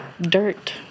dirt